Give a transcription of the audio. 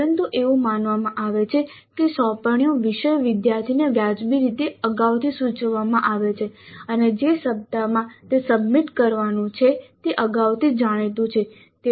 પરંતુ એવું માનવામાં આવે છે કે સોંપણી વિષય વિદ્યાર્થીને વ્યાજબી રીતે અગાઉથી સૂચવવામાં આવે છે અને જે સપ્તાહમાં તે સબમિટ કરવાનું છે તે અગાઉથી જાણીતું છે